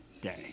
day